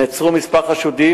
נעצרו כמה חשודים,